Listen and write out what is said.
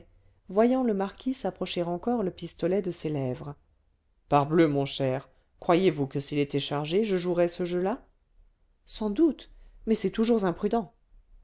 voyant le marquis approcher encore le pistolet de ses lèvres parbleu mon cher croyez-vous que s'il était chargé je jouerais ce jeu-là sans doute mais c'est toujours imprudent